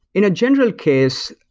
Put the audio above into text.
in a general case,